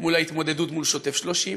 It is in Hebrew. עם ההתמודדות מול שוטף פלוס 30,